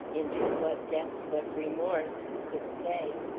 into what depths of remorse, who could say?